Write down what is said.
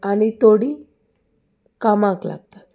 आनी थोडीं कामाक लागतात